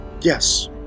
Yes